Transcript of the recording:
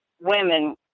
women